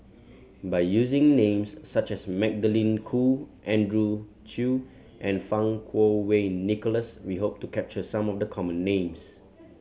by using names such as Magdalene Khoo Andrew Chew and Fang Kuo Wei Nicholas we hope to capture some of the common names